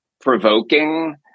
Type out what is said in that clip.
provoking